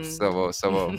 savo savo